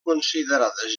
considerades